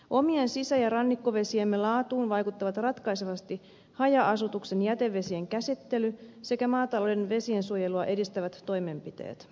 omien sisä ja rannikkovesiemme laatuun vaikuttavat ratkaisevasti haja asutuksen jätevesien käsittely sekä maatalouden vesiensuojelua edistävät toimenpiteet